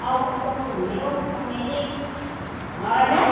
अब कस्तो हुने हो समयले हजुर